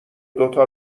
دوتا